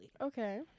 okay